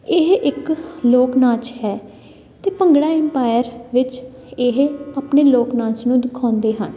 ਇਹ ਇਕ ਲੋਕ ਨਾਚ ਹੈ ਅਤੇ ਭੰਗੜਾ ਇੰਪਾਇਰ ਵਿੱਚ ਇਹ ਆਪਣੇ ਲੋਕ ਨਾਚ ਨੂੰ ਦਿਖਾਉਂਦੇ ਹਨ